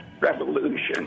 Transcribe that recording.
Revolution